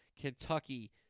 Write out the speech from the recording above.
Kentucky